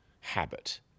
habit